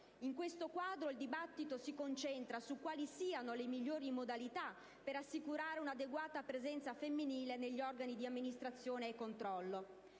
In questo quadro, il dibattito si concentra su quali siano le migliori modalità per assicurare un'adeguata presenza femminile negli organi di amministrazione e controllo.